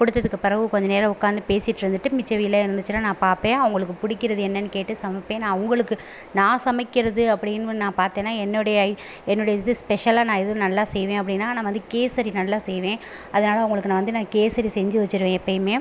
கொடுத்ததுக்கு பிறவு கொஞ்ச நேரம் உட்காந்து பேசிட்டுருந்துட்டு மிச்ச வேலை இருந்துச்சுனா நான் பார்ப்பேன் அவங்களுக்கு பிடிக்கிறது என்னென்னு கேட்டு சமைப்பேன் நான் அவங்களுக்கு நான் சமைக்கிறது அப்படினு ஒன் நான் பார்த்தேன்னா என்னோடைய ஐ என்னுடைய இது ஸ்பெஷலாக நான் எதுவும் நல்லா செய்வேன் அப்படினா நான் வந்து கேசரி நல்லா செய்வேன் அதனால் அவங்களுக்கு நான் வந்து நான் கேசரி செஞ்சு வச்சுருவேன் எப்போயுமே